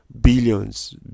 billions